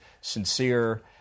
sincere